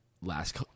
last